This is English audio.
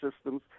systems